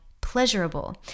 pleasurable